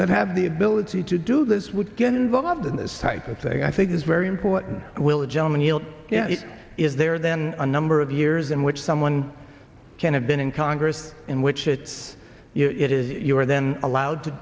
that have the ability to do this would get involved in this type of thing i think is very important will a gentleman yield is there then a number of years in which someone can have been in congress in which it's you know it is you are then allowed to